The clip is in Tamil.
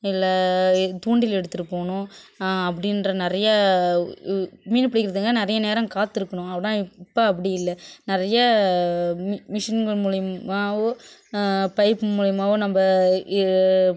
இல்லை தூண்டில் எடுத்துகிட்டு போகணும் அப்படின்ற நிறைய மீன் பிடிக்கின்றதுக்காக நிறைய நேரம் காத்துயிருக்கணும் ஆனால் இப்போ அப்படி இல்லை நிறைய மி மிஷின்கள் மூலிமாவோ பைப்பு மூலிமாவோ நம்ம இ